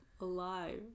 alive